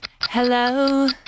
Hello